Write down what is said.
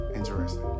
Interesting